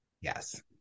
Yes